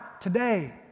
today